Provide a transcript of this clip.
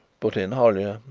put in hollyer,